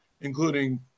including